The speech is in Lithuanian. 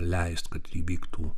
leist kad įvyktų